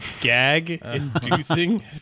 gag-inducing